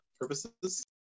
purposes